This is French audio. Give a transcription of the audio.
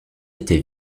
était